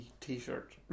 T-shirt